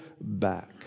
back